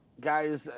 guys